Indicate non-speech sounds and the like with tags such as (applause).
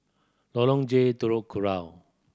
Lorong J (unintelligible) Kurau